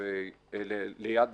ליד נשים,